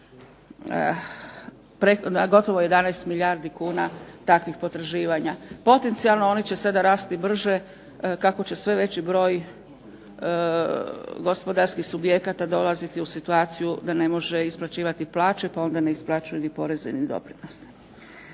gotovo 11 milijardi kuna takvih potraživanja. Potencijalno oni će sada rasti brže kako će sve veći broj gospodarskih subjekata doći u situaciju da ne može isplaćivati plaće pa onda ne isplaćuju poreze i doprinose.